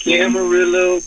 Camarillo